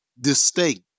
distinct